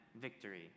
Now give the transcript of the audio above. victory